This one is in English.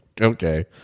okay